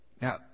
Now